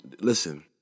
listen